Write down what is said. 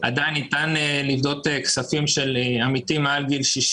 עדיין ניתן לפדות כספים של עמיתים מעל גיל 60